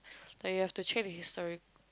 like you have to check the history